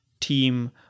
team